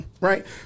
Right